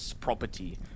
property